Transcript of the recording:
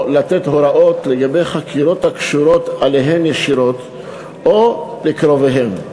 או לתת הוראות לגבי חקירות הקשורות אליהם ישירות או לקרוביהם.